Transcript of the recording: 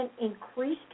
increased